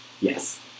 Yes